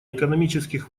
экономических